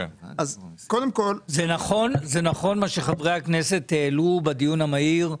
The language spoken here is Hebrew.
זה נכון מה שחברי הכנסת העלו בדיון המהיר,